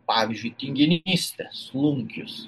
pavyzdžiui tinginystę slunkius